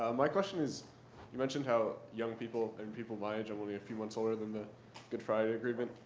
ah my question is you mentioned how young people and people my age, i'm only a few months older than the good friday agreement,